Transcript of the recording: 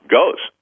goes